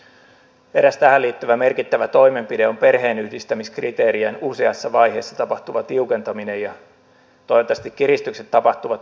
eräs tähän liittyvä merkittävä toimenpide on perheenyhdistämiskriteerien useassa vaiheessa tapahtuva tiukentaminen ja toivottavasti kiristykset tapahtuvat tiukoin ehdoin